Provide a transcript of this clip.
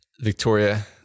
Victoria